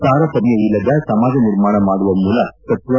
ತಾರತಮ್ನ ಇಲ್ಲದ ಸಮಾಜ ನಿರ್ಮಾಣ ಮಾಡುವ ಮೂಲ ತತ್ವ